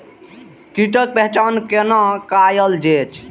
कीटक पहचान कैना कायल जैछ?